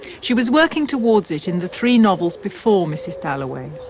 she was working towards it in the three novels before mrs. dalloway.